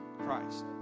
Christ